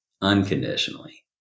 unconditionally